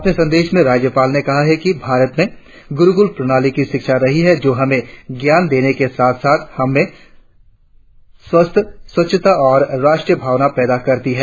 अपने संदेश में राज्यपाल ने कहा कि भारत में गुरुकुल प्रणाली की शिक्षा रही है जो हमें ज्ञान देने के साथ साथ स्वास्थ्यस्वच्छता और राष्ट्रीय भावना का प्रशिक्षण भी प्रदान करता है